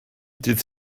dydd